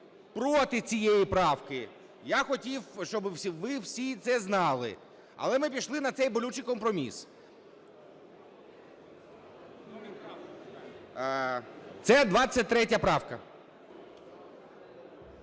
проти цієї правки. Я хотів, щоб ви всі це знали. Але ми пішли на цей болючий компроміс. Це 23 правка.